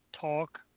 Talk